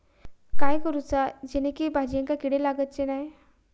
काय करूचा जेणेकी भाजायेंका किडे लागाचे नाय?